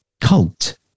cult